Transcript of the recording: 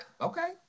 Okay